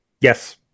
Yes